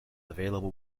available